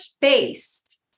based